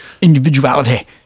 individuality